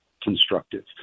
Constructive